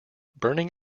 burning